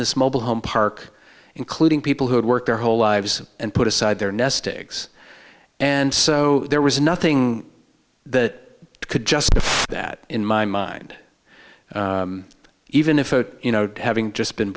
this mobile home park including people who had worked their whole lives and put aside their nest eggs and so there was nothing that could justify that in my mind even if you know having just been